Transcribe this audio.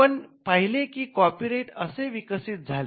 आपण पहिले की कॉपी राईट असे विकसित झाले